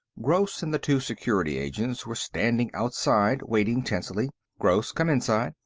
gross and the two security agents were standing outside, waiting tensely. gross, come inside.